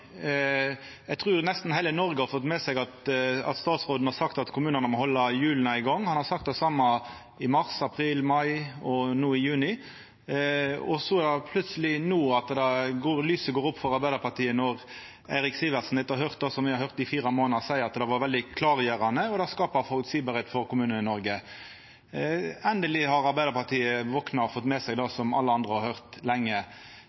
Eg trur nesten heile Noreg har fått med seg at statsråden har sagt at kommunane må halda hjula i gang. Han har sagt det same i mars, april, mai og no i juni. No går plutseleg ljoset opp for Arbeidarpartiet, og Eirik Sivertsen, etter å ha høyrt kva vi har høyrt i fire månader, seier det var veldig klargjerande og skaper føreseielegheit for Kommune-Noreg. Endeleg har Arbeidarpartiet vakna og fått med seg det som alle andre har høyrt lenge.